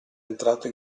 entrato